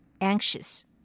anxious